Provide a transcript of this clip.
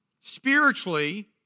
Spiritually